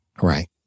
Right